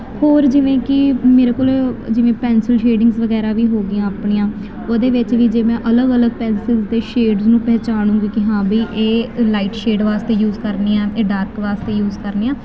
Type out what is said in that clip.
ਹੋਰ ਜਿਵੇਂ ਕਿ ਮੇਰੇ ਕੋਲ ਜਿਵੇਂ ਪੈਂਸਿਲ ਸ਼ੇਡਿੰਗਸ ਵਗੈਰਾ ਵੀ ਹੋ ਗਈਆਂ ਆਪਣੀਆਂ ਉਹਦੇ ਵਿੱਚ ਵੀ ਜੇ ਮੈਂ ਅਲੱਗ ਅਲੱਗ ਪੈਸਿਲਸ ਅਤੇ ਸ਼ੇਡ ਨੂੰ ਪਹਿਚਾਣੂਗੀ ਕਿ ਹਾਂ ਬਈ ਇਹ ਲਾਈਟ ਸ਼ੇਡ ਵਾਸਤੇ ਯੂਜ ਕਰਨੀ ਆ ਇਹ ਡਾਰਕ ਵਾਸਤੇ ਯੂਜ ਕਰਨੀ ਆ